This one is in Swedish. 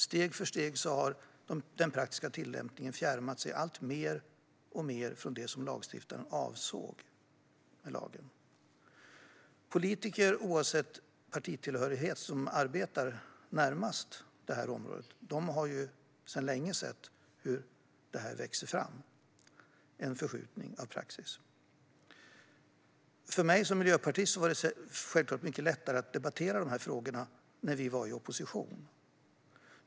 Steg för steg har den praktiska tillämpningen fjärmats allt mer och mer från det lagstiftaren avsåg med lagen. Politiker, oavsett partitillhörighet, som arbetar närmast detta område har sedan länge sett hur en förskjutning av praxis växer fram. För mig som miljöpartist var det självklart mycket lättare att debattera dessa frågor när vi var i opposition.